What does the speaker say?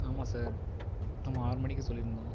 ஆமாம் சார் ஆமாம் ஆறு மணிக்கு சொல்லியிருந்தோம்